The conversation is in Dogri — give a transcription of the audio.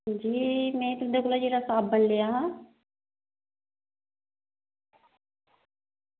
अंजी में तुंदे कोला जेह्ड़ा साबन लेआ हा